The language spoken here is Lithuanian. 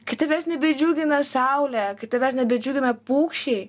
kai tavęs nebedžiugina saulė kai tavęs nebedžiugina paukščiai